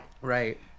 right